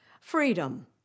Freedom